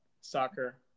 soccer